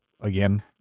again